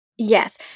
Yes